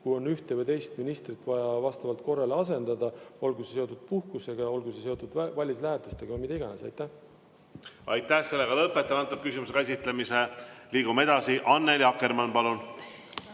kui on ühte või teist ministrit vaja vastavalt korrale asendada, olgu see seotud puhkusega, olgu see seotud välislähetusega või millega iganes. Aitäh! Lõpetan selle küsimuse käsitlemise. Liigume edasi. Annely Akkermann, palun!